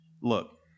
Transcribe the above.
Look